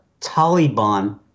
Taliban